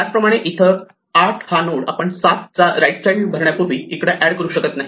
त्याचप्रमाणे इथे नोड 8 हा आपण 7 चा राईट चाइल्ड भरण्यापूर्वी इकडे एड करू शकत नाही